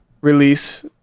release